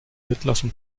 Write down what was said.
entlassen